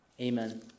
Amen